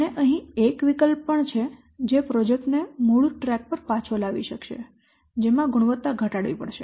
અને અહીં એક વિકલ્પ પણ છે જે પ્રોજેક્ટ ને મૂળ ટ્રેક પર પાછો લાવશે જેમાં ગુણવત્તા ઘટાડવી પડશે